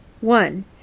One